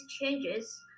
changes